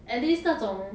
at least 那种